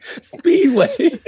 Speedway